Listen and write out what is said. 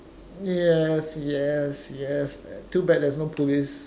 yes yes yes too bad there's no police